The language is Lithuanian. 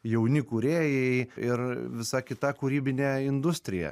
jauni kūrėjai ir visa kita kūrybinė industrija